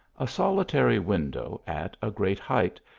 a solitary window, at a great height,